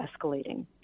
escalating